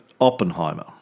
Oppenheimer